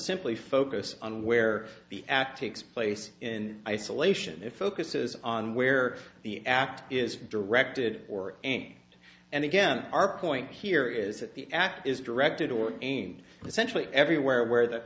simply focus on where the active x place in isolation if focuses on where the act is directed or aim and again our point here is that the act is directed or aimed essentially everywhere where the